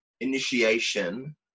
Initiation